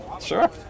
Sure